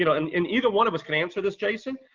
you know and and either one of us can answer this, jason.